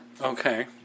Okay